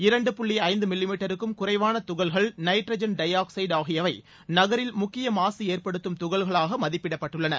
இரண்டு புள்ளி ஐந்து மில்லிமீட்டருக்கும் குறைவான துகள்கள் நைட்ரஜன் டை ஆக்ஸைடு ஆகியவை நகரில் முக்கிய மாசு ஏற்படுத்தும் துகள்களாக மதிப்பிடப்பட்டுள்ளன